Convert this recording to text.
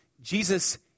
Jesus